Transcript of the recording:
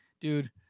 dude